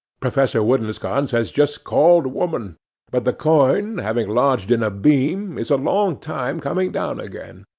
professor woodensconce has just called woman but the coin having lodged in a beam, is a long time coming down again.